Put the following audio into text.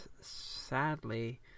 sadly